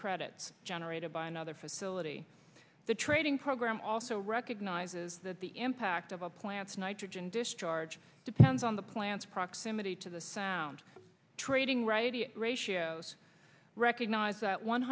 credits generated by another facility the trading program also recognizes that the impact of a plant's nitrogen discharge depends on the plant's proximity to the sound trading right ratios recognize that one